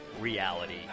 reality